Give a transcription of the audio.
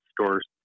stores